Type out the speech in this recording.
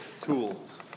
tools